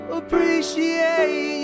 appreciate